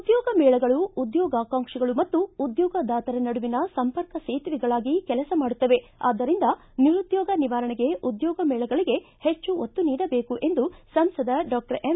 ಉದ್ಯೋಗ ಮೇಳಗಳು ಉದ್ಯೋಗಾಕಾಂಕ್ಷಿಗಳು ಮತ್ತು ಉದ್ಯೋಗದಾತರ ನಡುವಿನ ಸಂಪರ್ಕ ಸೇತುವೆಗಳಾಗಿ ಕೆಲಸ ಮಾಡುತ್ತವೆ ಆದ್ದರಿಂದ ನಿರುದ್ದೋಗ ನಿವಾರಣೆಗೆ ಉದ್ಯೋಗ ಮೇಳಗಳಗೆ ಹೆಚ್ಚು ಒತ್ತು ನೀಡಬೇಕು ಎಂದು ಸಂಸದ ಡಾಕ್ಟರ್ ಎಂ